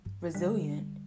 resilient